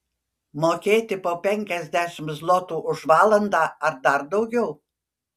mokėti po penkiasdešimt zlotų už valandą ar dar daugiau